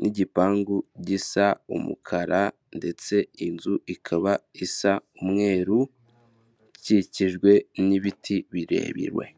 n'igipangu gisa umukara ndetse inzu ikaba isa umweru, ikikijwe n'ibiti birebire.